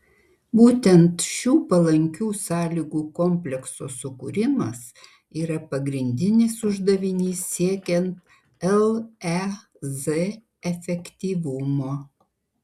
būtent šių palankių sąlygų komplekso sukūrimas yra pagrindinis uždavinys siekiant lez efektyvumo